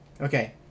Okay